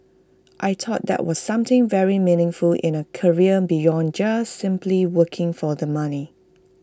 I thought that was something very meaningful in A career beyond just simply working for the money